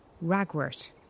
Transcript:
ragwort